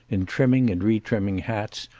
in trimming and retrimming hats,